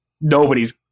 nobody's